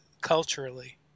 culturally